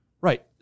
Right